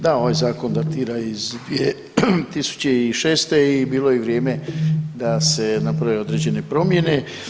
Da, ovaj zakon datira iz 2006. i bilo je i vrijeme da se naprave određene promjene.